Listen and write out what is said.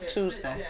Tuesday